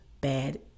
bad